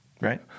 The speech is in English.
right